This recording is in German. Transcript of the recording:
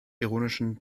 ironischen